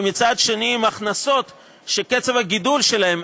ומצד שני עם הכנסות שקצב הגידול שלהן,